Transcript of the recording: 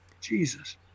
Jesus